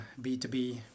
b2b